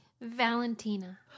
Valentina